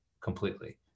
completely